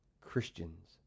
Christians